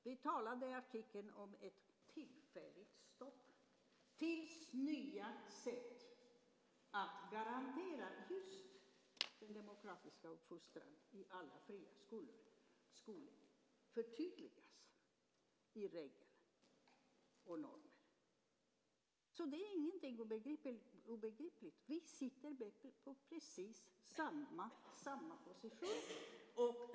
Vi talade i artikeln om ett tillfälligt stopp tills nya sätt att garantera just en demokratisk uppfostran i alla fria skolor förtydligas i regler och normer. Det är ingenting obegripligt. Vi har precis samma position.